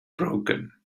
broken